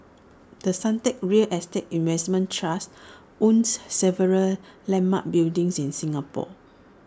the Suntec real estate investment trust owns several landmark buildings in Singapore